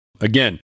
Again